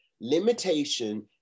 limitation